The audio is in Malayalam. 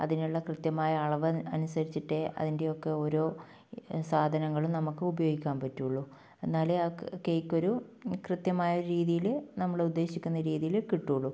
അതിനുള്ള കൃത്യമായ അളവ് അനുസരിച്ചിട്ടേ അതിന്റെയൊക്കെ ഓരോ സാധനങ്ങളും നമുക്ക് ഉപയോഗിക്കാൻ പറ്റൂള്ളൂ എന്നാലേ ആ കേക്കൊരു കൃത്യമായ ഒരു രീതിയിൽ നമ്മൾ ഉദ്ദേശിക്കുന്ന രീതിയിൽ കിട്ടുകയുള്ളൂ